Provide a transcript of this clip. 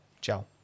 Ciao